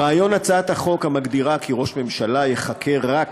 רעיון הצעת החוק המגדירה כי ראש הממשלה ייחקר רק